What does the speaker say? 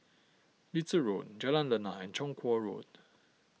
Little Road Jalan Lana and Chong Kuo Road